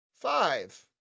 five